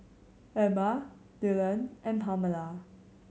Ebba Dyllan and Pamala